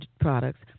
products